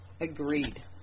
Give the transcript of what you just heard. Agreed